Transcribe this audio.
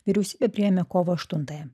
vyriausybė priėmė kovo aštuntąją